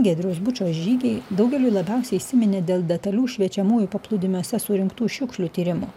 giedriaus bučo žygiai daugeliui labiausiai įsiminė dėl detalių šviečiamųjų paplūdimiuose surinktų šiukšlių tyrimų